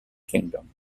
kingdom